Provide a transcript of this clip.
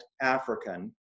African